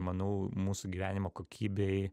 manau mūsų gyvenimo kokybei